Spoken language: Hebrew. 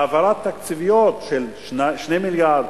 העברות תקציביות של 2.5 מיליארד,